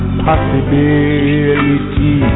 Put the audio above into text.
possibility